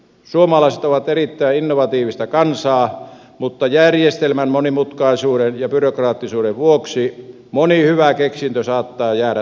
suomalaiset ovat erittäin innovatiivista kansaa mutta järjestelmän monimutkaisuuden ja byrokraattisuuden vuoksi moni hyvä keksintö saattaa jäädä toteuttamatta